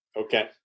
Okay